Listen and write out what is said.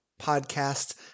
podcast